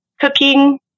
cooking